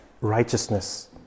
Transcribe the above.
righteousness